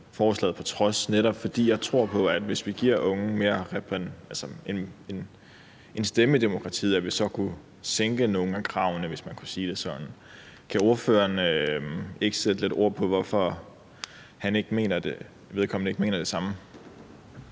forslaget på trods, netop fordi jeg netop tror på, at hvis vi giver de unge en stemme i demokratiet, så kunne vi sænke nogle af kravene, hvis man kunne sige det sådan. Kan ordføreren ikke sætte lidt ord på, hvorfor han ikke mener det samme?